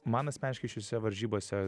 man asmeniškai šiose varžybose